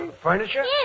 furniture